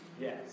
Yes